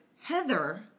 Heather